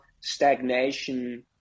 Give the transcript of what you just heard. stagnation